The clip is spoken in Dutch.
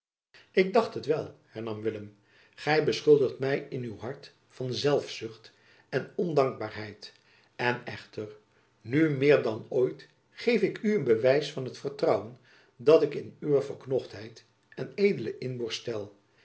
ik dacht het wel hernam willem gy beschuldigt my in uw hart van zelfzucht en ondankbaarheid en echter nu meer dan ooit geef ik u een bewijs van het vertrouwen dat ik in uwe verknochtheid en edele inborst stel